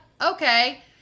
okay